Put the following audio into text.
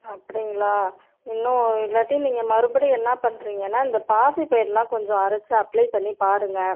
அப்படிங்களா இன்னும் இல்லாட்டி நீங்கள் மறுபடி என்ன பண்ணுறீங்கன்னா இந்த பாசிப்பயிறெலாம் கொஞ்சம் அரைச்சு அப்ளை பண்ணி பாருங்கள்